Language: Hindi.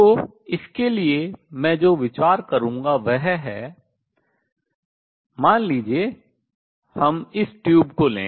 तो इसके लिए मैं जो विचार करूंगा वह है मान लीजिये हम इस ट्यूब को लें